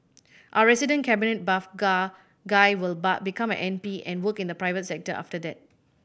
our resident cabinet buff guy will become an M P and work in the private sector after that